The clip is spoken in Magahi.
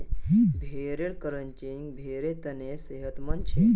भेड़ेर क्रचिंग भेड़ेर तने सेहतमंद छे